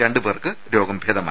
രണ്ട് പേർക്ക് രോഗം ഭേദമായി